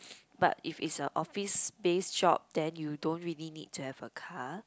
but if is a office based job then you don't really need to have a car